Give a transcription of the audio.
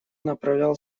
направлял